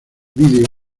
vídeo